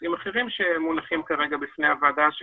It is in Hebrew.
מנושאים אחרים שמונחים כרגע בפני הוועדה,